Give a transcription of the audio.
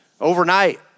overnight